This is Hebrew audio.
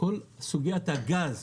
כל סוגיית הגז,